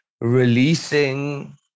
releasing